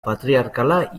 patriarkala